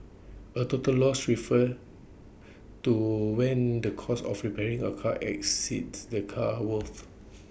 A total loss refers to when the cost of repairing A car exceeds the car's worth